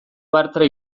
bartra